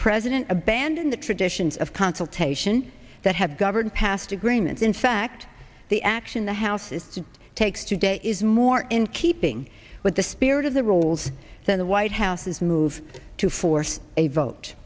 president abandon the traditions of consultation that have governed past agreements in fact the action the house is to takes today is more in keeping with the spirit of the roles than the white house's move to force a vote